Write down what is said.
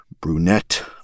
brunette